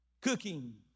Cooking